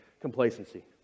complacency